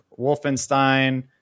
Wolfenstein